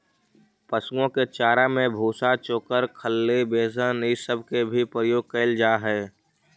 पशुओं के चारा में भूसा, चोकर, खली, बेसन ई सब के भी प्रयोग कयल जा हई